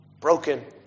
broken